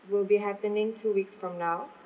will be happening two weeks from now